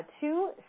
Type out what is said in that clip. two